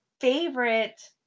favorite